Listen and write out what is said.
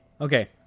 Okay